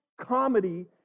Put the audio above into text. comedy